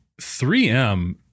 3M